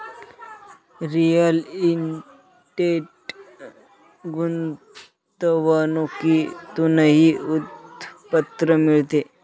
real estate गुंतवणुकीतूनही उत्पन्न मिळते